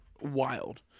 wild